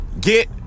Get